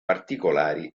particolari